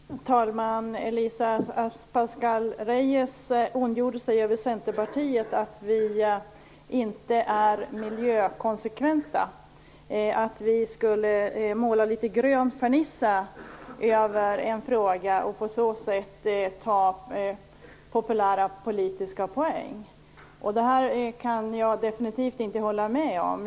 Herr talman! Elisa Abascal Reyes ondgjorde sig över oss i Centerpartiet och menade att vi inte är miljökonsekventa. Vi skulle enligt henne måla litet grön fernissa över en fråga för att på det sättet bli populära och vinna politiska poäng. Det kan jag definitivt inte hålla med om.